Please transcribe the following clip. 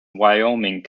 wyoming